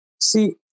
See